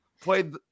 played